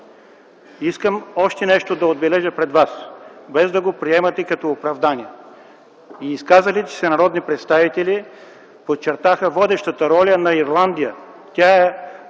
Искам още нещо да отбележа пред вас, без да го приемате като оправдание. И изказалите се народни представители подчертаха водещата роля на Ирландия. Тя е,